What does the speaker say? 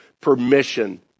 permission